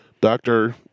Doctor